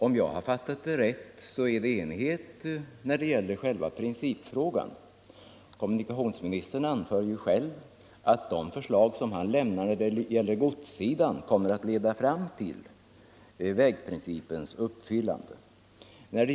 Om jag fattat rätt råder det enighet i själva principfrågan. Kommunikationsministern anför ju själv att de förslag han framställt beträffande godssidan kommer att leda fram till vägprincipens förverkligande.